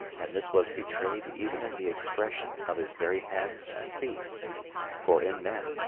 and this was betrayed even in the expression of his very hands and feet for in men,